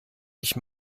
ich